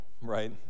right